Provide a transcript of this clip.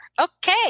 Okay